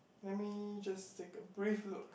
let me just take a brief look